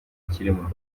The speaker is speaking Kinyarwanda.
kirimo